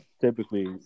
typically –